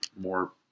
more